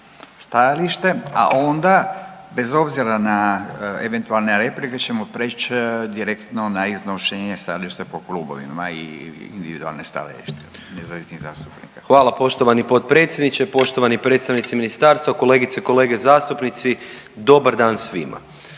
stajalište, a onda bez obzira na eventualne replike ćemo preć direktno na iznošenje stajališta po klubovima i individualna stajališta. Izvolite …/Govornik se ne razumije zbog najave./… **Jakšić, Mišel (SDP)** Hvala poštovani potpredsjedniče. Poštovani predstavnici ministarstva, kolegice i kolege zastupnici, dobar dan svima.